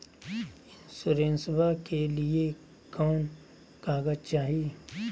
इंसोरेंसबा के लिए कौन कागज चाही?